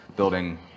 building